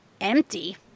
Empty